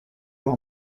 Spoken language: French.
voir